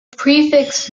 prefix